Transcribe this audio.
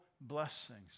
blessings